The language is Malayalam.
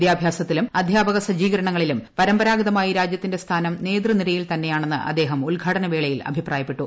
വിദ്യാഭ്യാസത്തിലും അധ്യാ പക സജ്ജീകരണങ്ങളിലും പരമ്പരാഗതമായി രാജ്യത്തിന്റെ സ്ഥാനം നേതൃനിരയിൽ തന്നെയാണ് അദ്ദേഹം ഉദ്ഘാടന വേളയിൽ അഭിപ്രായ പ്പെട്ടു